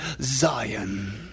zion